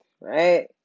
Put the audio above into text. right